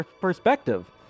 perspective